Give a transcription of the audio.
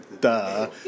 duh